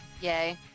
Yay